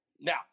Now